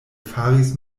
faris